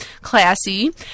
Classy